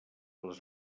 les